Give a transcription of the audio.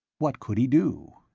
what could he do?